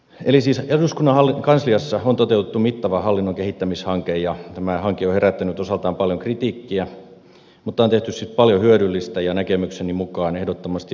eli siis eduskunnan kansliassa on toteutettu mittava hallinnon kehittämishanke ja tämä hanke on herättänyt osaltaan paljon kritiikkiä mutta on tehty siis paljon hyödyllistä ja näkemykseni mukaan ehdottomasti oikean suuntaista työtä